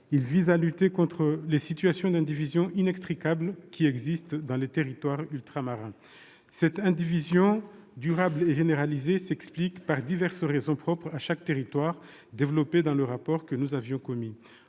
Elle vise à lutter contre les situations d'indivision inextricables qui existent dans les territoires ultramarins. Cette indivision durable et généralisée s'explique par diverses raisons propres à chaque territoire, développées dans le rapport que nous avons commis.